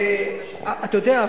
אתה יודע,